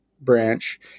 branch